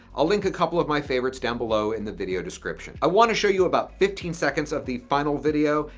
i'll link a couple of my favorites down below in the video description. i want to show you about fifteen seconds of the final video.